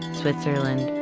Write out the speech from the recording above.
switzerland,